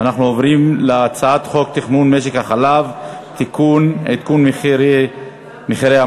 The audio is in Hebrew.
אנחנו עוברים להצעת חוק תכנון משק החלב (תיקון) (עדכון מחירי המטרה),